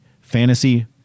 Fantasy